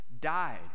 Died